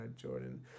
Jordan